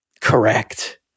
correct